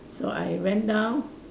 so I ran down